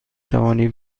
توانی